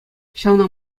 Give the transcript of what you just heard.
ҫавна